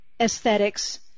aesthetics